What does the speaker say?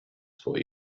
for